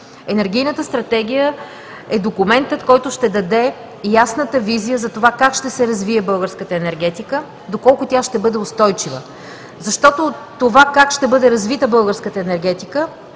Енергийната стратегия е документът, който ще даде ясната визия, как ще се развие българската енергетика, доколко тя ще бъде устойчива. От това как ще бъде развита българската енергетика,